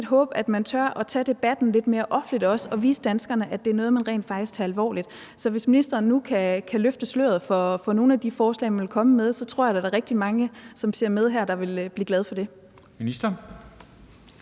sådan set håbe, at man tør tage debatten lidt mere offentligt også og vise danskerne, at det er noget, man rent faktisk tager alvorligt. Så hvis ministeren nu kan løfte sløret for nogle af de forslag, man vil komme med, tror jeg da at der vil være rigtig mange, som ser med her, der vil blive glade for det.